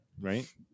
right